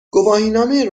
گواهینامه